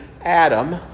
Adam